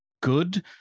good